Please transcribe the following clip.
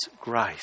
grace